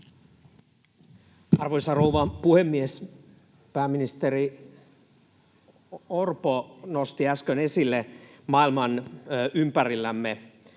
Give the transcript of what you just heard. Arvoisa rouva puhemies! Pääministeri Orpo nosti äsken esille maailman ympärillämme,